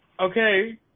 okay